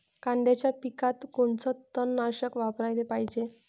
कांद्याच्या पिकात कोनचं तननाशक वापराले पायजे?